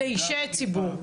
לאישי ציבור,